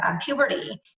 puberty